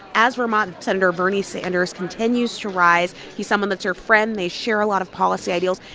as vermont senator bernie sanders continues to rise, he's someone that's her friend. they share a lot of policy ideals.